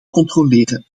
controleren